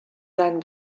seinen